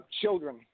children